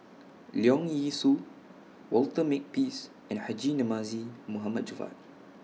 Leong Yee Soo Walter Makepeace and Haji Namazie Mohd Javad